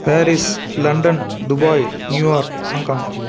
Paris London Dubai New York Hong Kong